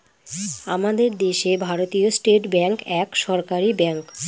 আমাদের দেশে ভারতীয় স্টেট ব্যাঙ্ক এক সরকারি ব্যাঙ্ক